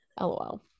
lol